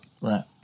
Right